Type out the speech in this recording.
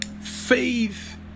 Faith